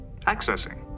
Accessing